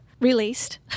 Released